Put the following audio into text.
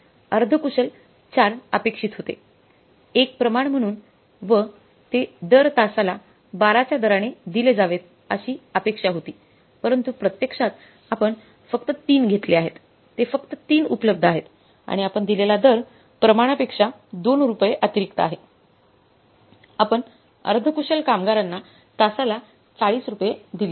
अर्ध कुशल ४ अपेक्षित होते एक प्रमाण म्हणून व ते दर तासाला १२ च्या दराने दिले जावेत अशी अपेक्षा होती परंतु प्रत्यक्षात आपण फक्त 3 घेतले आहेत ते फक्त 3 उपलब्ध आहेत आणि आपण दिलेला दर प्रमाणपेक्षा दोन रुपये अतिरिक्त आहे आपण अर्धकुशल कामगारांना तासाला ४० रुपये दिले आहेत